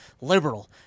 liberal